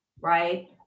right